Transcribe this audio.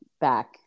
back